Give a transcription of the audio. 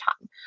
time